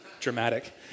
dramatic